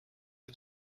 you